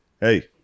Hey